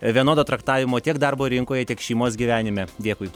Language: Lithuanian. vienodo traktavimo tiek darbo rinkoje tiek šeimos gyvenime dėkui